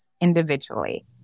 individually